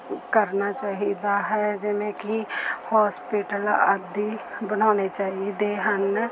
ਕਰਨਾ ਚਾਹੀਦਾ ਹੈ ਜਿਵੇਂ ਕਿ ਹੋਸਪਿਟਲ ਆਦਿ ਬਣਾਉਣੇ ਚਾਹੀਦੇ ਹਨ